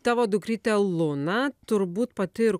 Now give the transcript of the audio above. tavo dukrytė luna turbūt pati ir